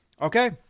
Okay